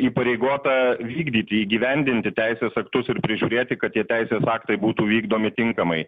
įpareigota vykdyti įgyvendinti teisės aktus ir prižiūrėti kad tie teisės aktai būtų vykdomi tinkamai